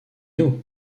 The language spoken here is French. nous